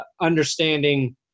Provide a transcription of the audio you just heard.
understanding